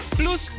plus